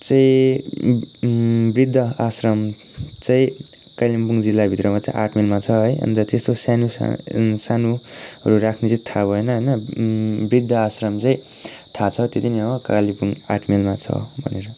चाहिँ वृद्ध आश्रम चाहिँ कालिम्पोङ जिल्लाभित्रमा चाहिँ आठ माइलमा छ है अन्त त्यस्तो सानो सानो सानो राख्नेहरू चाहिँ थाहा भएन होइन वृद्धा आश्रम चाहिँ थाहा छ त्यति नै हो कालेबुङ आठ माइलमा छ भनेर